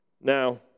Now